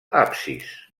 absis